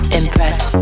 impress